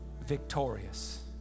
victorious